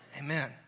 Amen